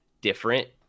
different